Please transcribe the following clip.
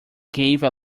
gave